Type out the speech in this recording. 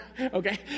Okay